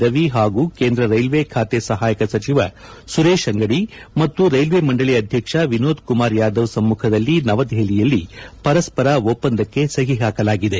ರವಿ ಹಾಗು ಕೇಂದ್ರ ರೈಲ್ವೇ ಖಾತೆ ಸಹಾಯಕ ಸಚಿವ ಸುರೇಶ್ ಅಂಗಡಿ ಹಾಗೂ ರೈಲ್ವೇ ಮಂಡಳ ಅಧ್ಯಕ್ಷ ವಿನೋದ್ ಕುಮಾರ್ ಯಾದವ್ ಸಮ್ಮಖದಲ್ಲಿ ನವದೆಹಲಿಯಲ್ಲಿ ಪರಸ್ಪರ ಒಪ್ಪಂದಕ್ಕೆ ಸಹಿ ಹಾಕಲಾಗಿದೆ